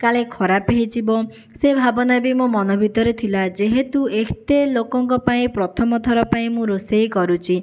କାଳେ ଖରାପ ହୋଇଯିବ ସେ ଭାବନା ବି ମୋ ମନ ଭିତରେ ଥିଲା ଯେହେତୁ ଏତେ ଲୋକଙ୍କ ପାଇଁ ପ୍ରଥମଥର ପାଇଁ ମୁଁ ରୋଷେଇ କରୁଛି